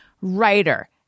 writer